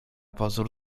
pozór